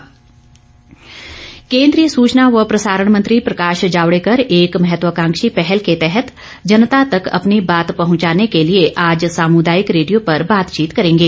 जावडे कर केंद्रीय सूचना व प्रसारण मंत्री प्रकाश जावडेकर एक महत्वाकांक्षी पहल के तहत जनता तक अपनी बात पहुंचाने के लिए आज सामुदायिक रेडियो पर बातचीत करेंगे